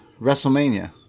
wrestlemania